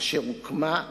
אשר הוקמה,